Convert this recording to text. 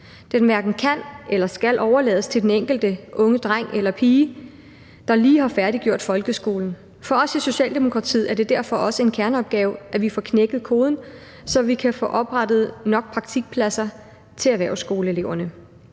Den hverken kan eller skal overlades til den enkelte unge dreng eller pige, der lige har færdiggjort folkeskolen. For os i Socialdemokratiet er det derfor også en kerneopgave, at vi får knækket koden, så vi kan få oprettet nok praktikpladser til erhvervsskoleeleverne.